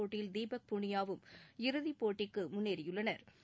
போட்டியில் தீபக் புனியாவும் இறுதிப் போட்டிக்கு முன்னேறியுள்ளனா்